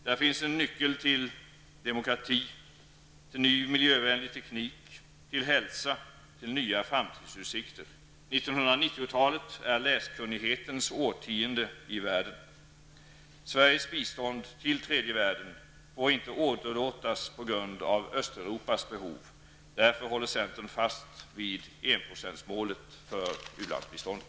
Där finns nyckeln till demokrati, till ny miljövänlig teknik, till hälsa och till nya framtidsutsikter. 1990-talet är läskunnighetens årtionde i världen. Sveriges bistånd till tredje världen får inte åderlåtas på grund av östeuropas behov. Därför håller vi i centern fast vid enprocentsmålet för ulandsbiståndet.